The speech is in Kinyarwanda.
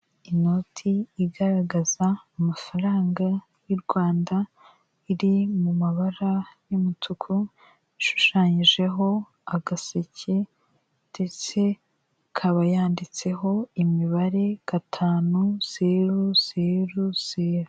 Inoti igaragaza amafaranga y'u Rwanda, iri mu mabara y'umutuku, ishushanyijeho agaseke ndetse ikaba yanditseho imibare gatanu, seru, seru, seru.